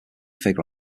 figure